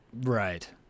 Right